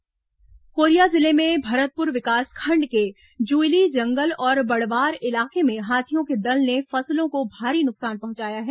हाथी आतंक कोरिया जिले में भरतपुर विकासखंड के जुइली जंगल और बड़वार इलाके में हाथियों के दल ने फसलों को भारी नुकसान पहुंचाया है